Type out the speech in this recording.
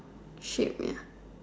shape ya